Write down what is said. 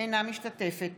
אינה משתתפת